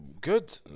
good